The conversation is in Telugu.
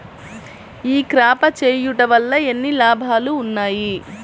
ఈ క్రాప చేయుట వల్ల ఎన్ని లాభాలు ఉన్నాయి?